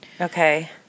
Okay